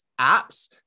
apps